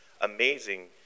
amazing